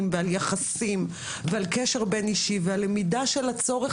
ועל יחסים ועל קשר בין-אישי ועל למידה של הצורך